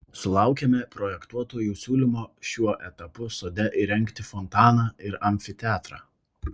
sulaukėme projektuotojų siūlymo šiuo etapu sode įrengti fontaną ir amfiteatrą